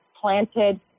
planted